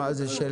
מה זה?